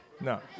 No